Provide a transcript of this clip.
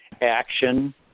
action